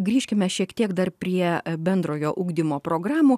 grįžkime šiek tiek dar prie bendrojo ugdymo programų